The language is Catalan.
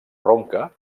ronca